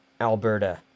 Alberta